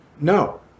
No